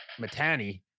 matani